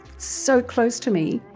so close to me.